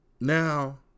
now